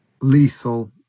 lethal